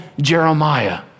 Jeremiah